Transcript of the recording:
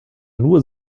nur